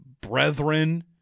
brethren